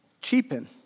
cheapen